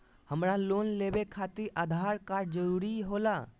हमरा लोन लेवे खातिर आधार कार्ड जरूरी होला?